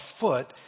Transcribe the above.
foot